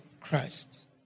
Christ